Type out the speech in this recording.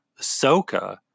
Ahsoka